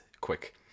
quick